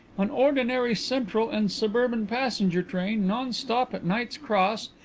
an ordinary central and suburban passenger train, non-stop at knight's cross,